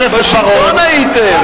בשלטון הייתם.